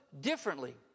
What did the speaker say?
differently